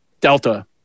delta